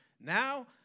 Now